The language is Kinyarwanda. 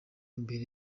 mbere